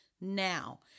now